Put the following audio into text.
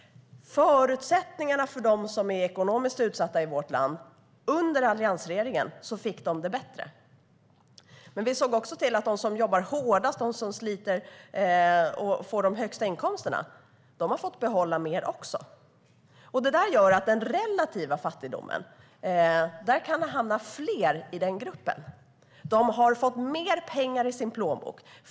Förutsättningarna för de ekonomiskt utsatta i vårt land blev bättre under alliansregeringen. Men vi såg också till att de som jobbar och sliter hårdast och får de högsta inkomsterna har fått behålla mer. Det gör att fler kan hamna i den grupp som lever i relativ fattigdom. De har fått mer pengar i sin plånbok.